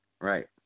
Right